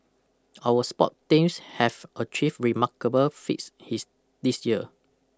our sport teams have achieved remarkable feats his this year